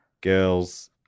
girls